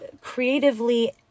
creatively